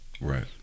right